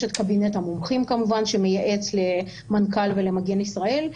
יש את קבינט המומחים כמובן שמייעץ למנכ"ל ולמגן ישראל.